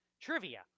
Trivia